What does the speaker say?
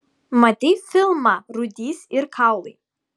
matei filmą rūdys ir kaulai